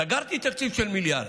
סגרתי תקציב של מיליארד.